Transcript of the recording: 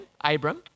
Abram